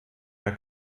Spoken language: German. der